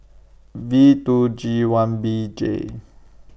V two G one B J